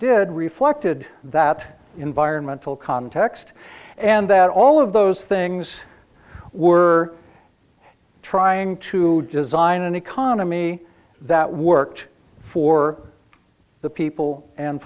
did reflected that environmental context and that all of those things were trying to design an economy that worked for the people and